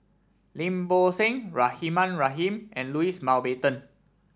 Lim Bo Seng Rahimah Rahim and Louis Mountbatten